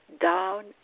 down